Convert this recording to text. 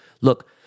Look